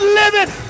living